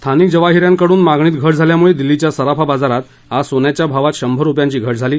स्थानिक जवाहि यांकडून मागणीत घट झाल्यामुळे दिल्लीच्या सराफा बाजारात आज सोन्याच्या भावात शंभर रुपयांची घट झाली